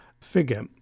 figure